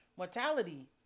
Mortality